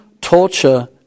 torture